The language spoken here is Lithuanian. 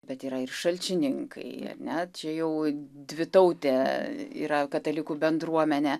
bet yra ir šalčininkai ar ne čia jau dvitautė yra katalikų bendruomenė